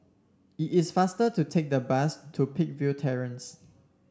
it is faster to take the bus to Peakville Terrace